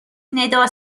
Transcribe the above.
ندا